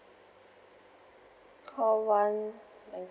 call one